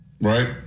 right